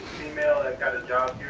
female and got a job